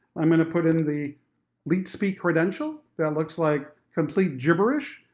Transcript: i'm gonna put in the leet-speak credential, that looks like complete gibberish.